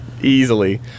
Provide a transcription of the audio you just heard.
Easily